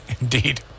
Indeed